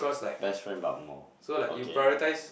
best friend but more okay